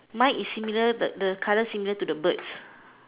my is similar the the colour similar to the birds